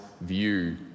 view